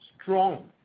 strong